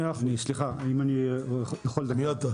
סליחה, אם אני יכול לדבר.